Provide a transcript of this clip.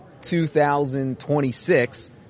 2026